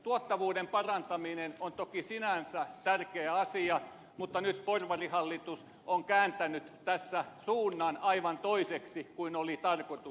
tuottavuuden parantaminen on toki sinänsä tärkeä asia mutta nyt porvarihallitus on kääntänyt tässä suunnan aivan toiseksi kuin oli tarkoitus